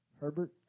Herbert